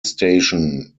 station